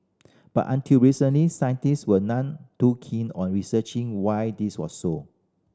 but until recently scientists were none too keen on researching why this was so